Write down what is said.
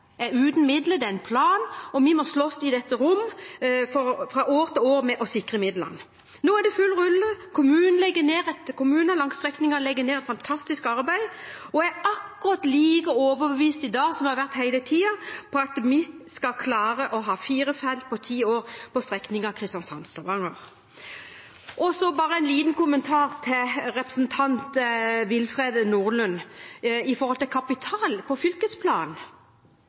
er uten midler. Det er en plan, og vi må fra år til år slåss i dette rom for å sikre midlene. Nå er det full rulle. Kommunene langs strekningen legger ned et fantastisk arbeid, og jeg er akkurat like overbevist i dag som jeg har vært hele tiden om at vi skal klare på ti år å ha fire felt på strekningen Kristiansand–Stavanger. Så bare en liten kommentar til representanten Willfred Nordlund om kapital på fylkesplan. Meg bekjent er det slik at Nordland fylke eier aksjer i